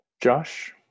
Josh